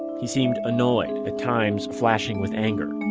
he seemed annoyed, at times flashing with anger